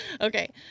Okay